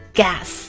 gas